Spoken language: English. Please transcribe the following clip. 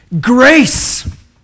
Grace